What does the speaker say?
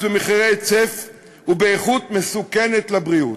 במחירי היצף ובאיכות מסוכנת לבריאות.